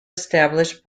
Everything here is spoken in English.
established